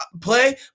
play